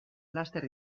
laster